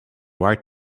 right